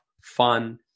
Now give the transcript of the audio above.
fun